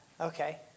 Okay